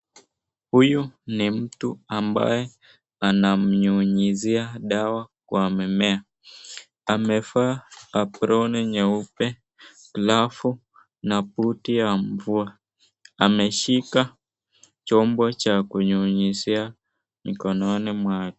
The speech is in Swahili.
Huyu ni mtu ambaye anamnyunyizia dawa kwa mimea. Amevaa aproni nyeupe alafu na buti ya mvua. Ameshika chombo cha kunyunyizia mikononi mwake.